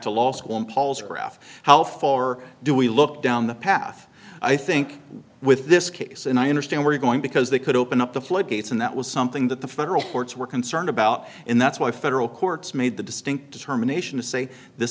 to law school and paul's graph how far do we look down the path i think with this case and i understand we're going because they could open up the floodgates and that was something that the federal courts were concerned about and that's why federal courts made the distinct determination to say this